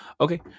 Okay